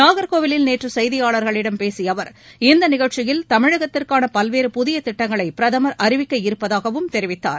நாகர்கோவிலில் நேற்று செய்தியாளர்களிடம் பேசிய அவர் இந்த நிகழ்ச்சியில் தமிழகத்திற்கான பல்வேறு புதிய திட்டங்களை பிரதமர் அறிவிக்க இருப்பதாகவும் தெரிவித்தார்